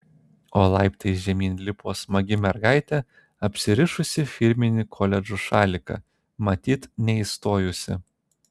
o laiptais žemyn lipo smagi mergaitė apsirišusi firminį koledžo šaliką matyt neįstojusi